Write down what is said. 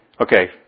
Okay